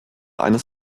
eines